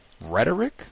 Rhetoric